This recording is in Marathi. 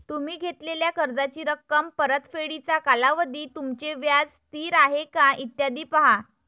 तुम्ही घेतलेल्या कर्जाची रक्कम, परतफेडीचा कालावधी, तुमचे व्याज स्थिर आहे का, इत्यादी पहा